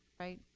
right?